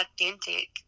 authentic